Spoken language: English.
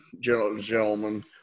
gentlemen